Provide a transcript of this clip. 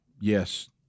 yes